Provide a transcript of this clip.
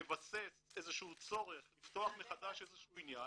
מבסס איזה שהוא צורך לפתוח מחדש איזה שהוא עניין,